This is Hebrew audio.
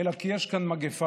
אלא כי יש כאן מגפה.